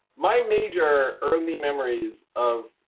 my major early memories of